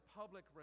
public